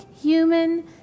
human